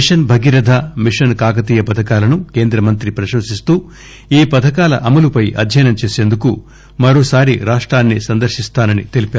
machine Bhagiratha mission Kakatiya పథకాలను కేంద్రమంత్రి ప్రశంసిస్తూ ఈ పథకాల అమలుపై అధ్యయనం చేసేందుకు మరోసారి రాష్టాన్ని సందర్శిస్తానని తెలిపారు